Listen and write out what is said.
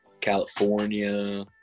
california